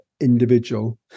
individual